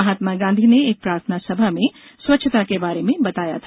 महात्मा गांधी ने एक प्रार्थना सभा में स्वच्छता के बारे में बताया था